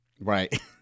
Right